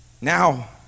now